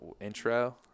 intro